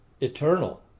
eternal